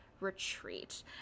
retreat